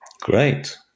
Great